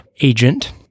agent